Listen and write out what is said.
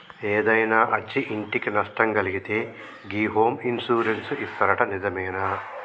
ఏదైనా అచ్చి ఇంటికి నట్టం అయితే గి హోమ్ ఇన్సూరెన్స్ ఇత్తరట నిజమేనా